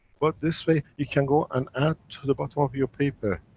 but this way, you can go and add to the bottom of your paper.